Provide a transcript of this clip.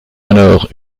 alors